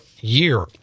year